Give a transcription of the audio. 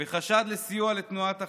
בחשד לסיוע לתנועת החמאס,